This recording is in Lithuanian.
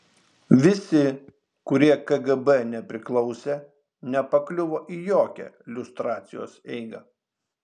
visi kurie kgb nepriklausė nepakliuvo į jokią liustracijos eigą